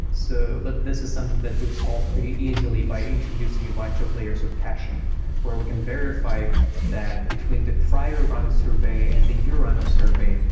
so but this is something that we solved pretty easily by introducing a bunch of layers or caching where we can verify that between the prior run of sorbet and the new run of sorbet,